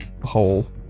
hole